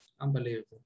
Unbelievable